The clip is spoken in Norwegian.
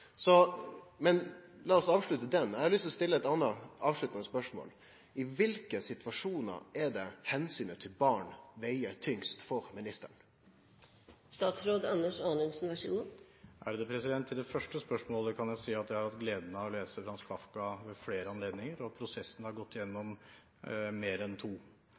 Men la oss avslutte dette. Eg har lyst til å stille eit anna avsluttande spørsmål: I kva situasjonar er det omsynet til barn veg tyngst for ministeren? Til det første spørsmålet kan jeg si at jeg har hatt gleden av å lese Franz Kafka ved flere anledninger, og «Prosessen» har jeg vært igjennom mer enn to